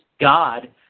God